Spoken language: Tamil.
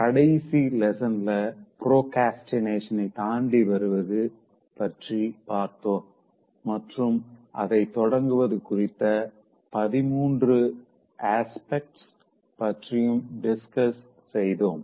கடைசி லெசன்ல ப்ரோக்ரஸ்டினேஷன தாண்டி வருவது பற்றி பார்த்தோம் மற்றும் அதை தொடங்குவது குறித்த 13 அஸ்பெக்ட்ஸ் பற்றியும் டிஸ்கஸ் செய்தோம்